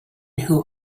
who